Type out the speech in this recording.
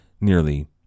Nearly